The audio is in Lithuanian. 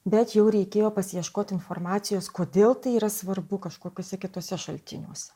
bet jau reikėjo pasiieškot informacijos kodėl tai yra svarbu kažkokiuose kituose šaltiniuose